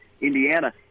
Indiana